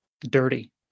dirty